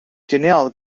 danielle